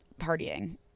partying